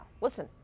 Listen